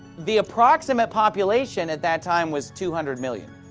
the approximate population at that time was two hundred milllion.